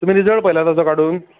तुमी रिजल्ट पळयलां ताचो काडून